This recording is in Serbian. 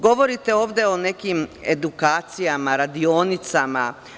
Govorite ovde o nekim edukacijama, radionicama.